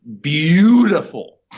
beautiful